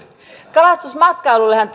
kalastusmatkailullehan